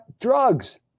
drugs